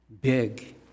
big